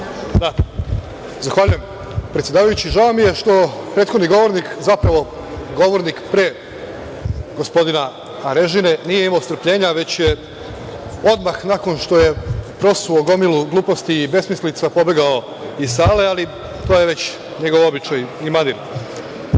Zahvaljujem, predsedavajući. Žao mi je što prethodni govornik, zapravo, govornik pre gospodina Arežine nije imao strpljenja, već je odmah nakon što je prosuo gomilu gluposti i besmislica pobegao iz sale, ali to je već njegov običaj i manir. Zbog